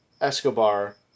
Escobar